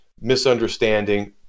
misunderstanding